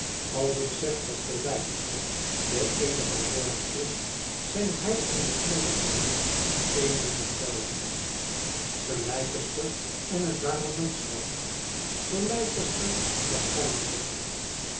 als ik zeg dat sir leicester de eenige zorg is zijn hij en de eer der familie een en hetzelfde sir leicester en het baronetschap sir leicester en kastanje hof